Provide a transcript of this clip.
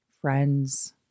friends